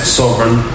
sovereign